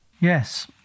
Yes